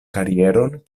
karieron